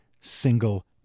single